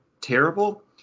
terrible